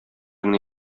генә